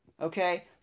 Okay